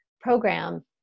program